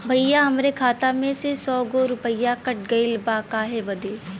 भईया हमरे खाता में से सौ गो रूपया कट गईल बा काहे बदे?